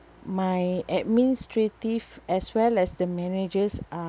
my administrative as well as the managers are